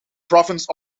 province